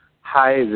Hi